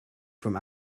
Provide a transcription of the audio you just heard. from